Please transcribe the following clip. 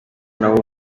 nabo